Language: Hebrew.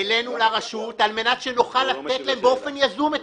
על מנת שנוכל לתת להם את ההנחה באופן יזום.